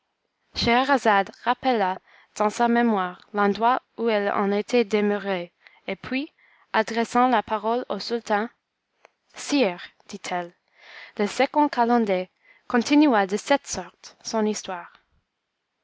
scheherazade rappela dans sa mémoire l'endroit où elle en était demeurée et puis adressant la parole au sultan sire dit-elle le second calender continua de cette sorte son histoire